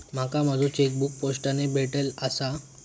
माका माझो चेकबुक पोस्टाने भेटले आसा